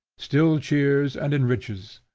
still cheers and enriches,